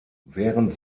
während